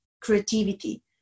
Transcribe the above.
creativity